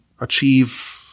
achieve